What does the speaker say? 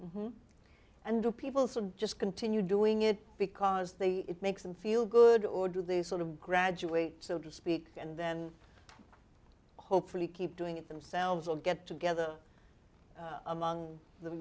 and do people still just continue doing it because they it makes them feel good or do they sort of gradually so to speak and then hopefully keep doing it themselves will get together among the